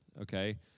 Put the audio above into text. okay